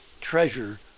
treasure